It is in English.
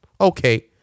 Okay